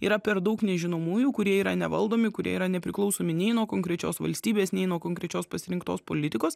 yra per daug nežinomųjų kurie yra nevaldomi kurie yra nepriklausomi nei nuo konkrečios valstybės nei nuo konkrečios pasirinktos politikos